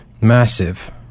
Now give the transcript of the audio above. massive